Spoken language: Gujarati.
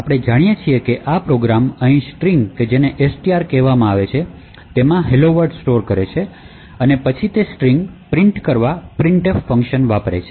આપણે જાણીએ છીએ કે આ પ્રોગ્રામ અહીં સ્ટ્રિંગ કે જેને str કહેવામાં આવે છે તેમાં "હેલો વર્લ્ડ" સ્ટોર કરે છે અને પછી તે સ્ટ્રિંગ પ્રિન્ટ કરવા printf ફંક્શન વાપરે છે